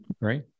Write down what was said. Right